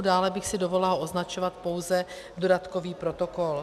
Dále bych si dovolila označovat pouze dodatkový protokol.